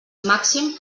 màxim